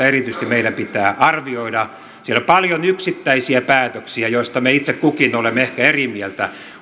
erityisesti meidän pitää arvioida siellä on paljon yksittäisiä päätöksiä joista me itse kukin olemme ehkä eri mieltä